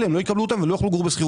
לא יקבלו אותם ולא יוכלו לגור בשכירות.